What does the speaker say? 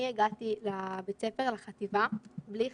אני הגעתי לבית הספר, לחטיבה, בלי חברים,